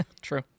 True